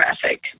traffic